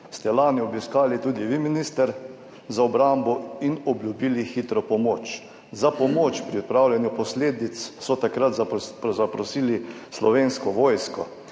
ste lani obiskali tudi vi, minister za obrambo, in obljubili hitro pomoč. Za pomoč pri odpravljanju posledic so takrat zaprosili Slovensko vojsko.